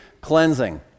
cleansing